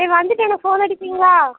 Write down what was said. சரி வந்துட்டு எனக்கு ஃபோன் அடிப்பீங்களா